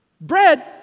Bread